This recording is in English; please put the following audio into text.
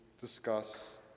discuss